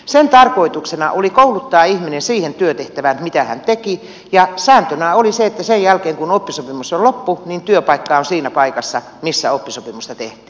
sen tarkoituksena oli kouluttaa ihminen siihen työtehtävään mitä hän teki ja sääntönä oli se että sen jälkeen kun oppisopimus on loppu työpaikka on siinä paikassa missä oppisopimusta tehtiin